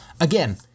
Again